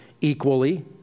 equally